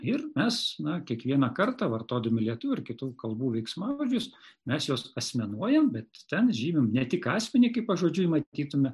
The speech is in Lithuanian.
ir mes na kiekvieną kartą vartodami lietuvių ir kitų kalbų veiksmažodžius mes juos asmenuojam bet ten žymim ne tik asmenį kaip pažodžiui matytume